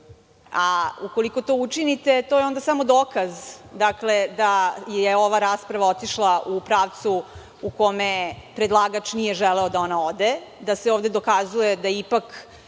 a ukoliko to učinite, to je onda samo dokaz da je ova rasprava otišla u pravcu u kome predlagač nije želeo da ona ode, da se ovde dokazuje da ipak,